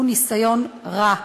הוא ניסיון רע.